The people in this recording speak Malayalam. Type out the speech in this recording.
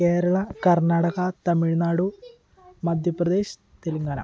കേരള കർണാടക തമിഴ്നാട് മധ്യ പ്രദേശ് തെലുങ്കാന